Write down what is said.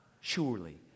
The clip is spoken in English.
surely